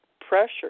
pressure